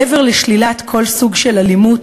מעבר לשלילת כל סוג של אלימות,